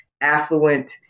affluent